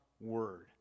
word